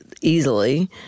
easily